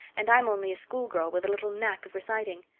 and i'm only a schoolgirl, with a little knack of reciting.